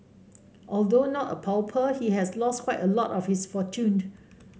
although not a pauper he has lost quite a lot of his fortune